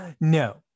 No